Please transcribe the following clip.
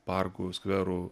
parkų skverų